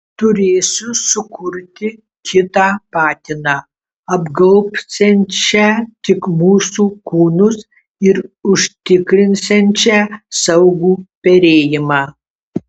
turėsiu sukurti kitą patiną apgaubsiančią tik mūsų kūnus ir užtikrinsiančią saugų perėjimą